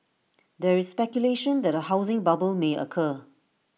there is speculation that A housing bubble may occur